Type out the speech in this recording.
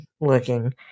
looking